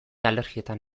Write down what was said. alergietan